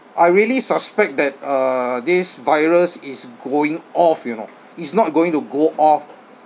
I really suspect that uh this virus is going off you know it's not going to go off